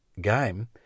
game